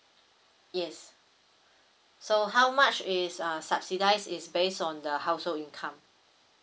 yes so how much is uh subsidize is based on the household income